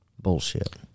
Bullshit